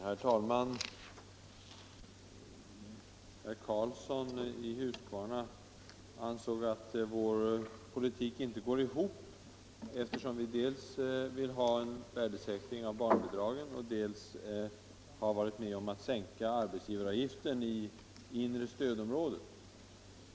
Herr talman! Herr Karlsson i Huskvarna ansåg att vår politik inte går ihop, eftersom vi dels vill ha en värdesäkring av barnbidraget, dels har varit med om att sänka arbetsgivaravgiften i inre stödområdet.